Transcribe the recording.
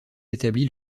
établi